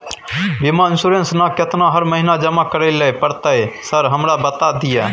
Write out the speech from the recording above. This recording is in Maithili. बीमा इन्सुरेंस ना केतना हर महीना जमा करैले पड़ता है सर हमरा बता दिय?